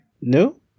No